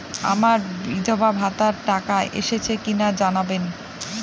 আমার বিধবাভাতার টাকা এসেছে কিনা জানাবেন?